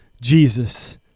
Jesus